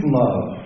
love